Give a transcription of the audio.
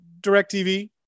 DirecTV